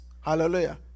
Hallelujah